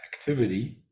activity